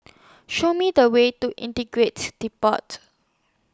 Show Me The Way to Integrated Depot